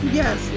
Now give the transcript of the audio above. yes